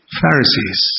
Pharisees